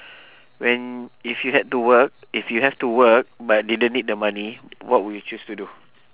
when if you had to work if you have to work but didn't need the money what would you choose to do